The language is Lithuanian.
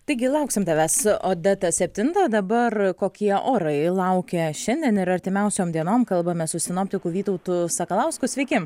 taigi lauksim tavęs odeta septintą dabar kokie orai laukia šiandien ir artimiausiom dienom kalbamės su sinoptiku vytautu sakalausku sveiki